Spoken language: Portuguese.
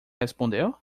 respondeu